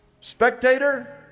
Spectator